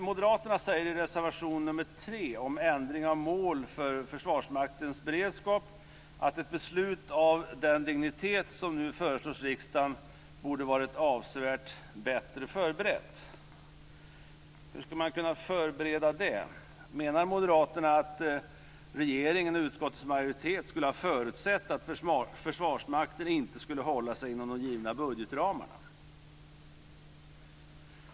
Moderaterna säger i reservation nr 3 om ändring av mål för Försvarsmaktens beredskap att ett beslut av den dignitet som nu föreslås riksdagen borde varit avsevärt bättre förberett. Hur skall man kunna förbereda det? Menar Moderaterna att regeringen och utskottets majoritet skulle ha förutsett att Försvarsmakten inte skulle hålla sig inom de givna budgetramarna?